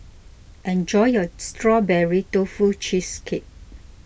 enjoy your Strawberry Tofu Cheesecake